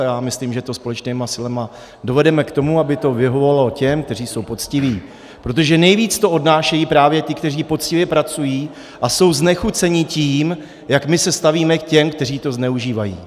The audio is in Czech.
A já myslím, že to společnými silami dovedeme k tomu, aby to vyhovovalo těm, kteří jsou poctiví, protože nejvíc to odnášejí právě ti, kteří poctivě pracují a jsou znechuceni tím, jak my se stavíme k těm, kteří to zneužívají.